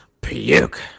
puke